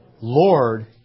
Lord